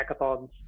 hackathons